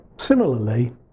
Similarly